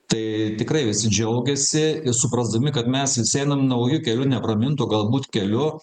tai tikrai visi džiaugiasi suprasdami kad mes vis einam nauju keliu nepramintu galbūt keliu